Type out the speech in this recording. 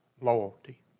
loyalty